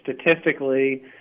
statistically